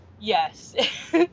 yes